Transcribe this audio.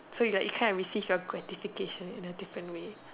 so you it kinda receive your gratification in a different way